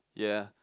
ya